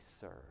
serve